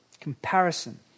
Comparison